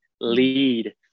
lead